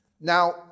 now